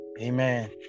Amen